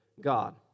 God